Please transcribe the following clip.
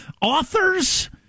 authors